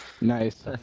Nice